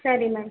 ಸರಿ ಮ್ಯಾಮ್